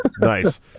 Nice